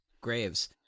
Graves